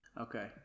Okay